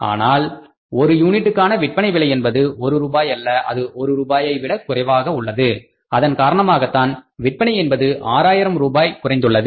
ஆனால் ஒரு யூனிட்டுக்கான விற்பனை விலை என்பது ஒரு ரூபாய் அல்ல அது ஒரு ரூபாயை விட குறைவாக உள்ளது அதன் காரணமாகத்தான் விற்பனை என்பது 6 ஆயிரம் ரூபாய் குறைந்துள்ளது